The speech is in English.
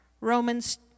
Romans